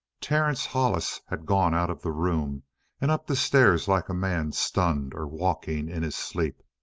terence hollis had gone out of the room and up the stairs like a man stunned or walking in his sleep.